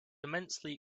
immensely